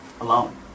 alone